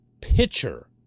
pitcher